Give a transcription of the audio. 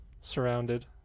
Surrounded